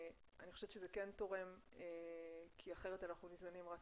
אני חושבת שזה כן תורם כי אחרת אנחנו ניזונים רק